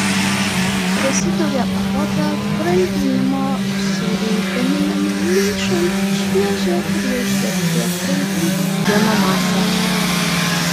visi daugiapakopio brandinimo sūriai gaminami maišant šviežią ir jau šiek tiek brandintą pieno masę